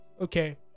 okay